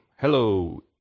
Hello